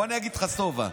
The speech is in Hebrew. בוא, אני אגיד לך, סובה.